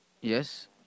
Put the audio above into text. Yes